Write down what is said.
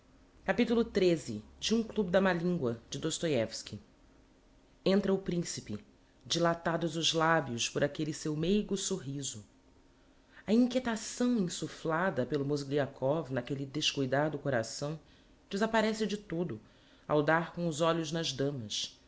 verdade xiii entra o principe dilatados os labios por aquelle seu meigo sorriso a inquietação insuflada pelo mozgliakov n'aquelle descuidado coração desapparece de todo ao dar com os olhos nas damas